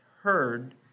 heard